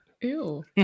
Ew